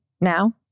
now